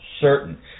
certain